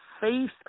faith